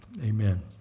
Amen